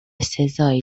سزایی